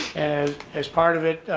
and as part of it,